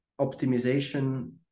optimization